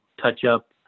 touch-up